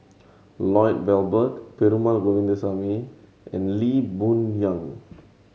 Lloyd Valberg Perumal Govindaswamy and Lee Boon Yang